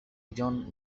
john